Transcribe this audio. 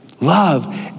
Love